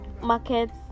markets